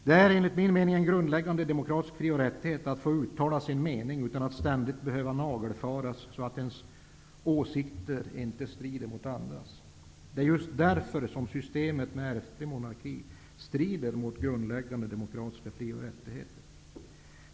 Det är enligt min mening en grundläggande demokratisk fri och rättighet att få uttala sin mening utan att ständigt behöva nagelfaras för att ens åsikter inte skall strida mot andras. Det är just därför som systemet med ärftlig monarki strider mot grundläggande demokratiska fri och rättigheter.